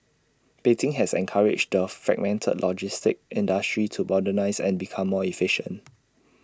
Beijing has encouraged the fragmented logistics industry to modernise and become more efficient